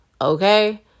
okay